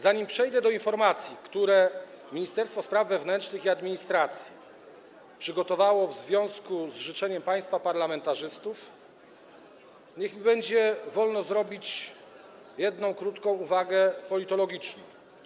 Zanim przejdę do informacji, które Ministerstwo Spraw Wewnętrznych i Administracji przygotowało w związku z życzeniem państwa parlamentarzystów, niech mi będzie wolno zrobić jedną krótką uwagę politologiczną.